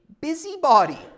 busybody